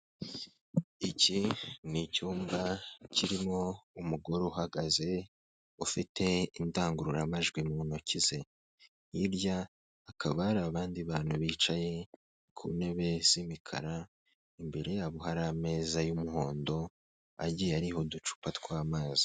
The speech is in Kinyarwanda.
Iki ni icyumba kirimo umugore uhagaze ufite indangururamajwi mu ntoki ze, hirya hakaba hari abandi bantu bicaye ku ntebe z'imikara, imbere yabo hari ameza y'umuhondo agiye ariho uducupa tw'amazi.